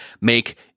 make